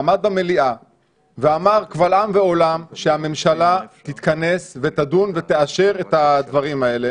אמר במליאה קבל עם ועולם שהממשלה תתכנס ותדון ותאשר את הדברים האלה,